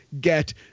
get